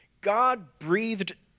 God-breathed